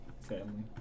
family